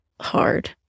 hard